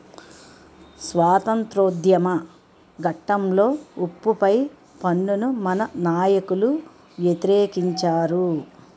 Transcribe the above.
స్వాతంత్రోద్యమ ఘట్టంలో ఉప్పు పై పన్నును మన నాయకులు వ్యతిరేకించారు